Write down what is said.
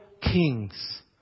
kings